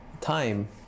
time